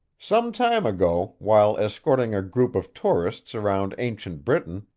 some time ago, while escorting a group of tourists around ancient britain,